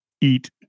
eat